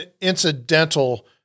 incidental